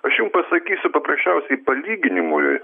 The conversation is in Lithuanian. aš jum pasakysiu paprasčiausiai palyginimui